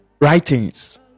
writings